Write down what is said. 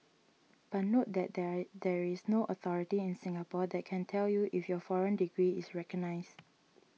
but note that there there is no authority in Singapore that can tell you if your foreign degree is recognised